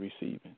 receiving